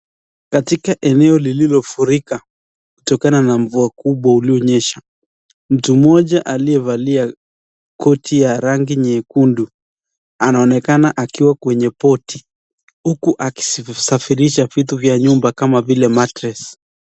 Katika eneo lililofurika kutokana na mvua kubwa ulionyesha. Mtu mmoja aliyevalia koti ya rangi nyekundu anaonekana akiwa kwenye boat[cs ]huku akisafirisha vitu vya nyumba kama vile mattress .